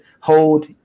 hold